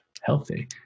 healthy